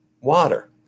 Water